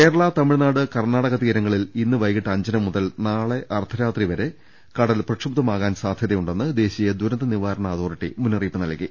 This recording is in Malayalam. കേരള തമിഴ്നാട് കർണാടക തീരങ്ങളിൽ ഇന്ന് വൈകീട്ട് അഞ്ചര മുതൽ നാളെ അർദ്ധ രാത്രി വരെ കടൽ പ്രക്ഷുബ്ധമാവാൻ സാധൃതയുണ്ടെന്ന് ദേശീയ ദുരന്ത നിവാരണ അതോറിറ്റി മുന്നറി യിപ്പ് നൽകി